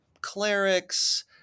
clerics